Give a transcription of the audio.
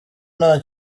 nta